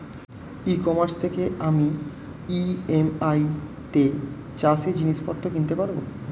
ই commerce থেকে আমি EMI তে চাষে জিনিসপত্র কিনতে পারব?